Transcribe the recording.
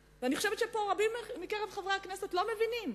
תמהה, ואני חושבת שרבים פה מחברי הכנסת לא מבינים: